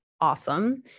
awesome